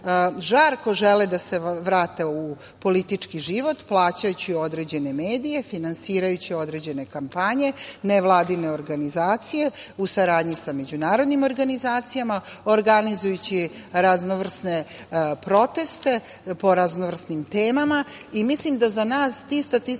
žarko žele da se vrate u politički život plaćajući određene medije, finansirajući određene kampanje, nevladine organizacije u saradnji sa međunarodnim organizacijama organizujući raznovrsne proteste po raznovrsnim temama. Mislim da će za nas ti statistički